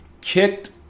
kicked